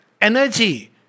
energy